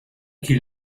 qu’il